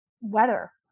weather